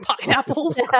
Pineapples